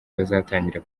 bazatangira